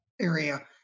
area